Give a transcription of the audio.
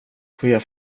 chef